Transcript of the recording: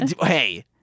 Hey